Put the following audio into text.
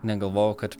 negalvojau kad